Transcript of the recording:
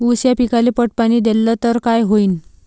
ऊस या पिकाले पट पाणी देल्ल तर काय होईन?